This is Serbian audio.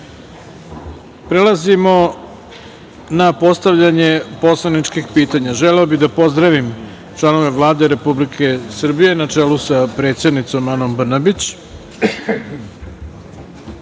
na postavljanje poslaničkih pitanja. Želeo bih da pozdravim članove Vlade Republike Srbije, na čelu sa predsednicom Anom Brnabić. Prvi